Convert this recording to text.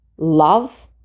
Love